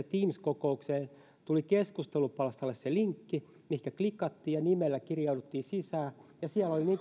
teams kokoukseen tuli keskustelupalstalle se linkki mihin klikattiin ja nimellä kirjauduttiin sisään siellä oli